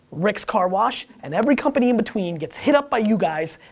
rick's car wash, and every company in between gets hit up by you guys.